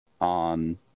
on